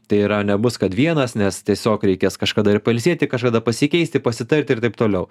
tai yra nebus kad vienas nes tiesiog reikės kažkada ir pailsėti kažkada pasikeisti pasitarti ir taip toliau